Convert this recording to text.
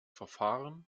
verfahren